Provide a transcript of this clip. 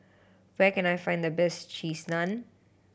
where can I find the best Cheese Naan